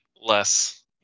less